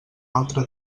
altre